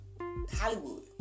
Hollywood